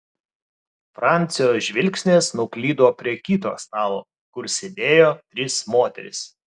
francio žvilgsnis nuklydo prie kito stalo kur sėdėjo trys moterys